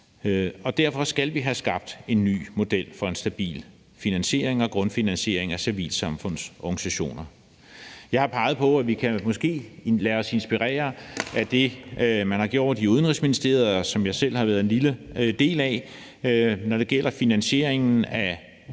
Og derfor skal vi have skabt en ny model for en stabil finansiering og grundfinansiering af civilsamfundsorganisationer. Jeg har peget på, at vi måske kan lade os inspirere af det, man har gjort i Udenrigsministeriet, og som jeg selv har været en lille del af, når det gælder finansieringen af foreninger,